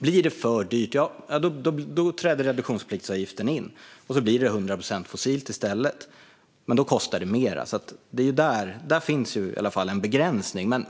Blir det för dyrt träder reduktionspliktsavgiften in, och så blir det 100 procent fossilt i stället. Men då kostar det mer. Där finns i alla fall en begränsning. Men